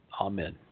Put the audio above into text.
Amen